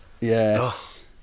Yes